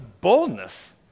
boldness